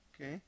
Okay